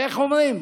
ואיך אומרים?